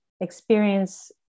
experience